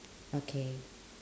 okay